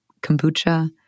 kombucha